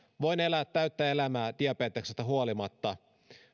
voin elää täyttä elämää diabeteksesta huolimatta